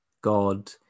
God